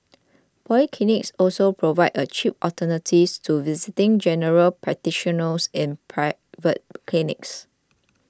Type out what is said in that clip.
polyclinics also provide a cheap alternative to visiting General Practitioners in private clinics